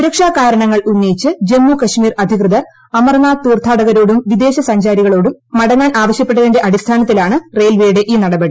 സൂരക്ഷാ കാരണങ്ങൾ ഉന്നയിച്ച് ജമ്മുകശ്മീർ അധികൃതർ അമർനാഥ് തീർത്ഥാടകരോടും വിനോദസഞ്ചാരികളോടും മടങ്ങാൻ ആവശ്യപ്പെട്ടതിന്റെ അടിസ്ഥാനത്തിലാണ് റെയിൽവേയുടെ ഈ നടപടി